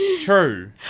True